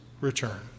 return